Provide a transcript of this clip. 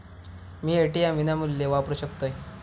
मी ATM विनामूल्य वापरू शकतय?